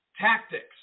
tactics